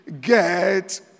get